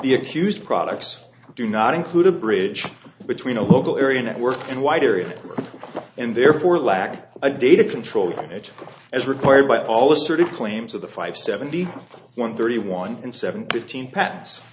the accused products do not include a bridge between a local area network and white area and therefore lack of data control damage as required by all the sort of claims of the five seventy one thirty one and seven fifteen patents